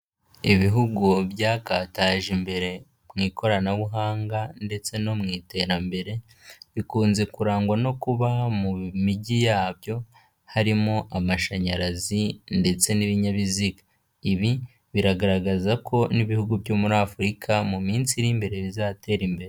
Ibihugu byakataje imbere mu ikoranabuhanga ndetse no mu iterambere, bikunze kurangwa no kuba mu mijyi yabyo harimo amashanyarazi ndetse n'ibinyabiziga. Ibi biragaragaza ko n'ibihugu byo muri Afurika mu minsi iri imbere bizatera imbere.